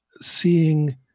seeing